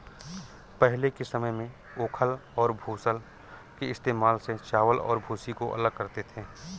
पहले के समय में ओखल और मूसल के इस्तेमाल से चावल और भूसी को अलग करते थे